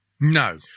No